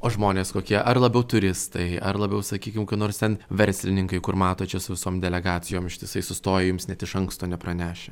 o žmonės kokie ar labiau turistai ar labiau sakykim nors ten verslininkai kur mato čia su visom delegacijom ištisai sustoja jums net iš anksto nepranešę